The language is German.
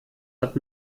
hat